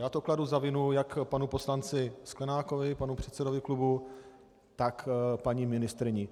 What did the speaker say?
Já to kladu za vinu jak panu poslanci Sklenákovi, panu předsedovi klubu, tak paní ministryni.